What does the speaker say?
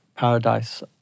paradise